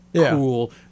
cool